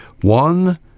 One